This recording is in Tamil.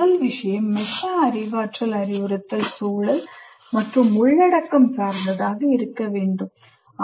முதல் விஷயம் மெட்டா அறிவாற்றல் அறிவுறுத்தல் சூழல் மற்றும் உள்ளடக்கம் சார்ந்ததாக இருக்க வேண்டும்